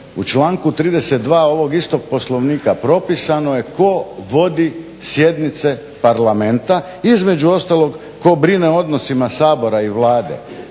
u članku 32.ovog istog Poslovnika propisano je tko vodi sjednice Parlamenta između ostalog tko brine o odnosima Sabora i Vlade.